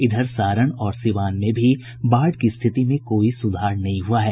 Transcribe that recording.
इधर सारण और सिवान में भी बाढ़ की स्थिति में कोई सुधार नहीं हुआ है